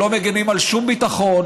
אתם לא מגינים על שום ביטחון,